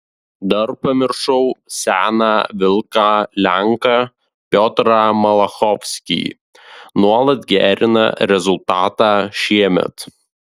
dar pamiršau seną vilką lenką piotrą malachovskį nuolat gerina rezultatą šiemet